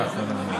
(מניעת פגיעה בערכי טבע מוגנים ובאזורים מוגנים),